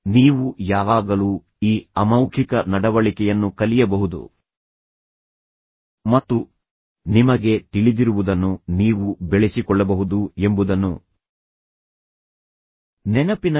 ನೀವು ಯಾವಾಗಲೂ ಈ ಅಮೌಖಿಕ ನಡವಳಿಕೆಯನ್ನು ಕಲಿಯಬಹುದು ಮತ್ತು ನಿಮಗೆ ತಿಳಿದಿರುವುದನ್ನು ನೀವು ಬೆಳೆಸಿಕೊಳ್ಳಬಹುದು ಎಂಬುದನ್ನು ನೆನಪಿನಲ್ಲಿಡಿ